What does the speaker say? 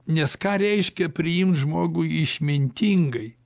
nes ką reiškia priimt žmogų išmintingai